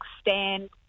stand